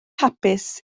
hapus